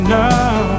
now